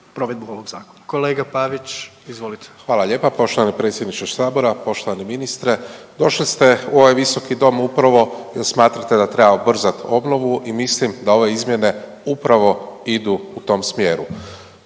Pavić, izvolite. **Pavić, Marko (HDZ)** Hvala lijepa poštovani predsjedniče sabora. Poštovani ministre, došli ste u ovaj visoki dom upravo jer smatrate da treba ubrzat obnovu i mislim da ove izmjene upravo idu u tom smjeru.